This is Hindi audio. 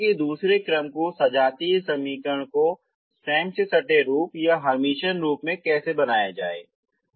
हम देखेंगे कि दूसरे क्रम को सजातीय समीकरण को स्वयं सटे रूप या हर्मिटियन रूप में कैसे बनाया जाए